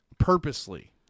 Purposely